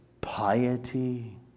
piety